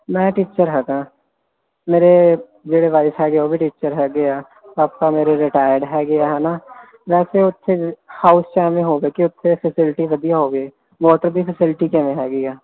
ਮੈਂ ਟੀਚਰ ਹੈਗਾ ਮੇਰੇ ਜਿਹੜੇ ਵਾਈਫ ਹੈਗੇ ਉਹ ਵੀ ਟੀਚਰ ਹੈਗੇ ਆ ਪਾਪਾ ਮੇਰੇ ਰਿਟਾਇਰਡ ਹੈਗੇ ਆ ਹਨਾ ਵੈਸੇ ਉੱਥੇ ਹਾਊਸ 'ਚ ਐਵੇ ਹੋਵੇ ਕੀ ਉੱਥੇ ਫਸਿਲਿਟੀ ਵਧੀਆ ਹੋਵੇ ਮੋਟਰ ਦੀ ਫਸਿਲਿਟੀ ਕਿਵੇਂ ਹੈਗੀ ਆ